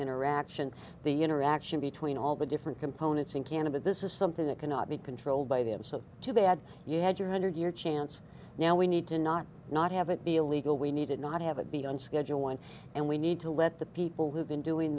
interaction the interaction between all the different components in canada this is something that cannot be controlled by them so too bad you had your hundred year chance now we need to not not have it be illegal we need to not have it be on schedule one and we need to let the people who've been doing